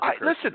listen